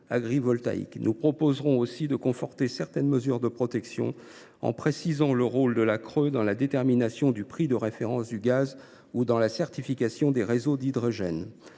Nous proposerons aussi de conforter certaines dispositions de protection en précisant le rôle de la CRE dans la détermination du prix de référence du gaz ou dans la certification des réseaux d’hydrogène.